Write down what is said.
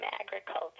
agriculture